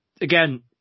Again